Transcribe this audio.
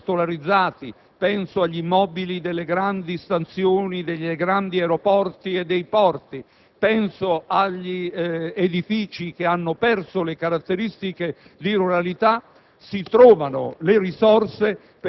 (penso agli immobili cartolarizzati, a quelli delle grandi stazioni, dei grandi aeroporti e dei porti, agli edifici che hanno perso le caratteristiche di ruralità),